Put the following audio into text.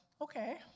okay